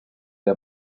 fer